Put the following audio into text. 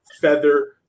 Feather